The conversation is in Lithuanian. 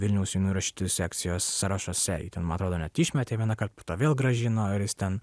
vilniaus jaunųjų rašytojų sekcijos sąrašuose jį ten man atrodo net išmetė vieną kartą po to vėl grąžino ir jis ten